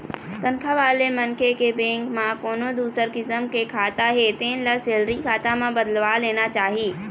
तनखा वाले मनखे के बेंक म कोनो दूसर किसम के खाता हे तेन ल सेलरी खाता म बदलवा लेना चाही